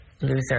loser